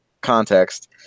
context